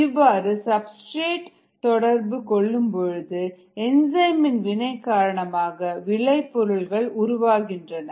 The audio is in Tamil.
இவற்றுடன் சப்ஸ்டிரேட் தொடர்பு கொள்ளும்பொழுது என்சைம் இன் வினை காரணமாக விளைபொருள் உருவாகின்றன